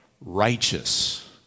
righteous